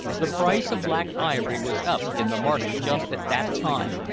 the price of black ivory was up in the market just at that time,